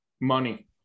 Money